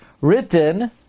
written